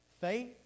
faith